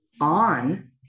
on